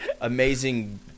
amazing